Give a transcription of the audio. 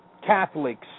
Catholics